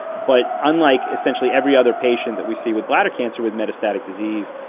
but unlike essentially every other patient that we see with bladder cancer with metastatic disease,